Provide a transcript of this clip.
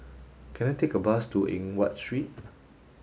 can I take a bus to Eng Watt Street